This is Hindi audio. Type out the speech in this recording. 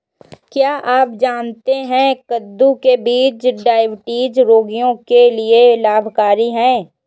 क्या आप जानते है कद्दू के बीज डायबिटीज रोगियों के लिए लाभकारी है?